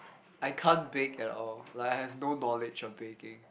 I can't bake at all like I have no knowledge of baking